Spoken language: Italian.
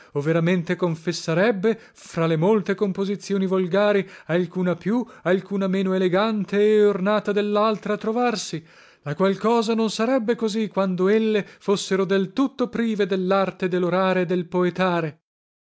o veramente confessarebbe fra le molte composizionì volgari alcuna più alcuna meno elegante e ornata dellaltra trovarsi la qual cosa non sarebbe così quando elle fossero del tutto prive dellarte de lorare e del poetare